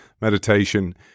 meditation